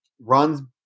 runs